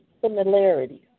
similarities